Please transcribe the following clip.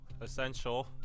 essential